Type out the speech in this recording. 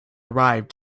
arrived